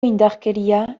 indarkeria